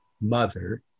Mother